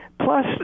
Plus